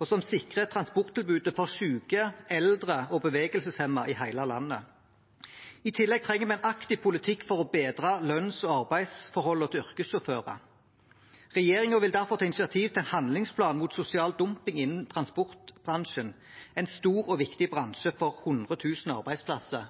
og som sikrer transporttilbudet for syke, eldre og bevegelseshemmede i hele landet. I tillegg trenger vi en aktiv politikk for å bedre lønns- og arbeidsforholdene til yrkessjåfører. Regjeringen vil derfor ta initiativ til en handlingsplan mot sosial dumping innen transportbransjen, en stor og viktig bransje for 100 000 arbeidsplasser